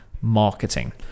marketing